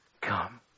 come